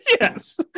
Yes